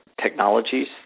technologies